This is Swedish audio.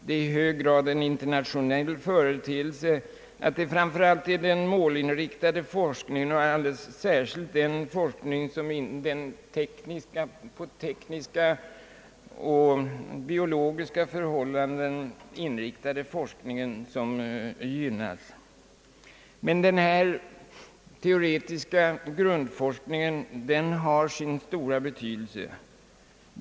Det är i hög grad en internationell företeelse att det framför allt är den målinriktade forskningen och alldeles särskilt den på tekniska och biologiska förhållanden inriktade målforskningen som gynnas. Den teoretiska grundforskningen har emellertid sin stora betydelse.